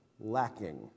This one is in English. lacking